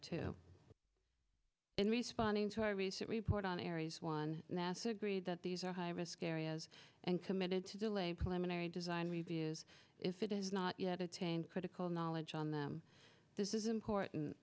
too in responding to our recent report on aries one nasa agreed that these are high risk areas and committed to delay plenary design reviews if it is not yet attained critical knowledge on them this is important